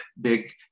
big